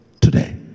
Today